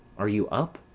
are you up?